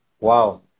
Wow